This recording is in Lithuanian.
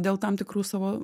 dėl tam tikrų savo